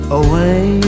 away